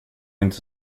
inte